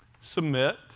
Submit